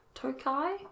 Tokai